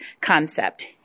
concept